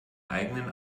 eigenen